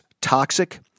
toxic